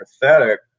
pathetic